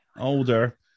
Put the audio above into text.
older